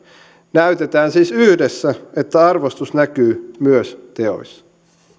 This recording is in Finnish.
näytetään siis yhdessä että arvostus näkyy myös teoissa